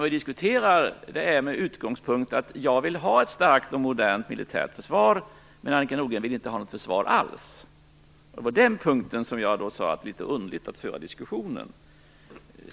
Vi diskuterar med utgångspunkten att jag vill ha ett starkt och modernt militärt försvar, men att Annika Nordgren inte vill ha något försvar alls. Det var från den synpunkten som jag sade att det var underligt att föra diskussionen.